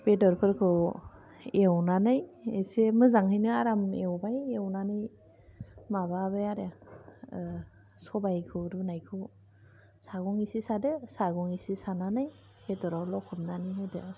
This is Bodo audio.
बेदरफोरखौबो एवनानै एसे मोजाङैनो आराम एवबाय एवनानै माबाबाय आरो ओ सबायखौ रुनायखौ सागं एसे सादो सागं एसे सानानै बेदराव लख'बनानै होदो